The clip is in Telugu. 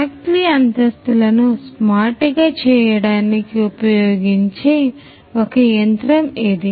ఫ్యాక్టరీ అంతస్తులను స్మార్ట్గా చేయడానికి ఉపయోగించే ఒక యంత్రం ఇది